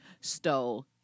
stole